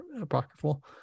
apocryphal